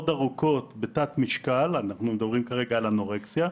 ארוכות בתת משקל - אנחנו מדברים כרגע על אנורקסיה,